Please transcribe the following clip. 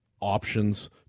options